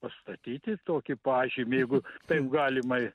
pastatyti tokį pažymį jeigu taip galima